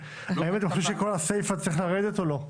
האם אתם חושבים שכל הסיפה צריכה לרדת או לא?